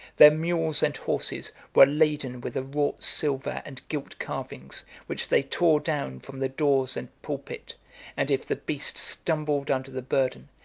their mules and horses were laden with the wrought silver and gilt carvings, which they tore down from the doors and pulpit and if the beasts stumbled under the burden,